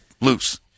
loose